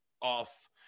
off